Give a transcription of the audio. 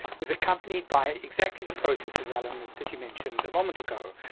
was accompanied by exactly the processes, alan, that that you mentioned a moment ago.